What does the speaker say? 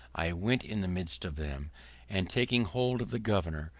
i went in the midst of them and, taking hold of the governor,